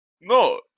no